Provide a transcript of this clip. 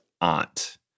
aunt